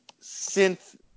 synth